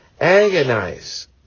agonize